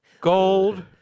Gold